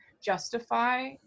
justify